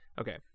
okay